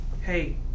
Hey